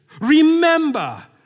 remember